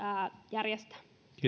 järjestää